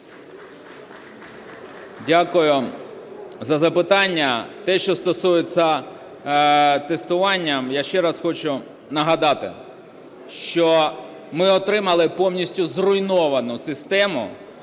Дякую за запитання. Те, що стосується тестування, я ще раз хочу нагадати, що ми отримали повністю зруйновану систему,